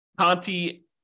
Conti